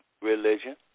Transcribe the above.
religion